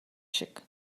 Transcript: шиг